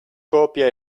copia